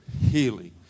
healing